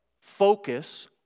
focus